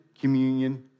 communion